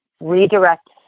redirect